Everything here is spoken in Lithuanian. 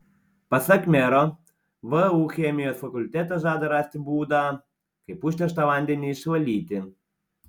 pasak mero vu chemijos fakultetas žada rasti būdą kaip užterštą vandenį išvalyti